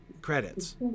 credits